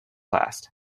last